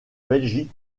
belgique